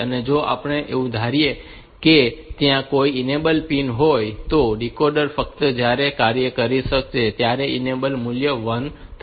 જો આપણે એવું ધારીએ કે ત્યાં કેટલીક ઇનેબલ પિન હોય તો ડીકોડર ફક્ત ત્યારે જ કાર્ય કરશે કે જ્યારે આ ઇનેબલ મૂલ્ય 1 હશે